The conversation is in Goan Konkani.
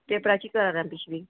पेपराची करात आं पिशवी